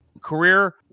Career